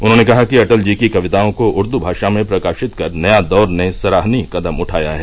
उन्होंने कहा कि अटल जी की कविताओं को उर्दू भाषा में प्रकाशित कर नया दौर ने सराहनीय कदम उठाया है